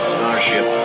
Starship